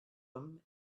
him